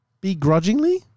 begrudgingly